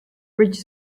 fridge